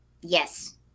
yes